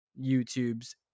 YouTubes